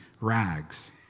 rags